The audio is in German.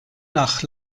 nach